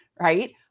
right